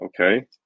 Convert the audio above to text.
okay